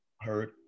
Heard